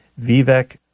Vivek